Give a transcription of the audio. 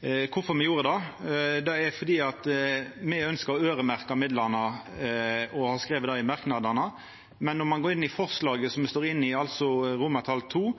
Det er fordi me ønskjer å øyremerkja midlane og har skrive det i merknadene. Når ein går inn i forslag til vedtak II som me står inne i,